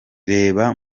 reba